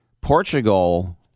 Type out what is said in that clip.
Portugal